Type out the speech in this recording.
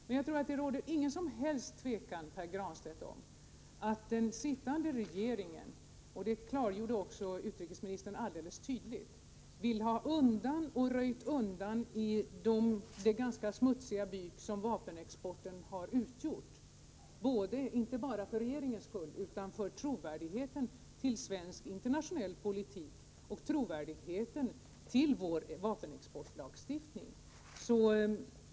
Men jag tror att det inte råder något som helst tvivel, Pär Granstedt, om att den sittande regeringen — det klargjorde också utrikesministern alldeles tydligt — vill ha undan och har röjt undan i den ganska smutsiga byk som vapenexporten har utgjort, inte bara för regeringens skull utan också för trovärdigheten till svensk internationell politik och trovärdigheten till vår vapenexportlagstiftning.